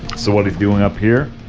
so what he's doing up here.